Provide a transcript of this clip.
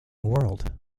world